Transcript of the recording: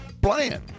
Bland